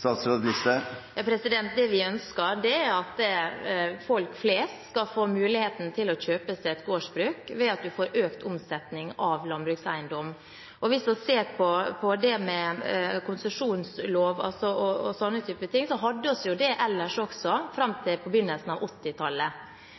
Det vi ønsker, er at folk flest skal få muligheten til å kjøpe seg et gårdsbruk ved at en får økt omsetning av landbrukseiendom. Når det gjelder det med konsesjonslov og den type ting, så hadde vi det før også, fram